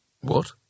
What